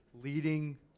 leading